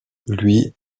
lui